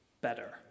better